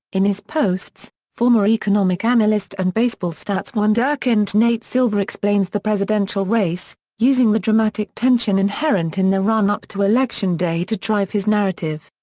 in his posts, former economic analyst and baseball-stats wunderkind nate silver explains the presidential race, using the dramatic tension inherent in the run-up to election day to drive his narrative.